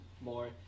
more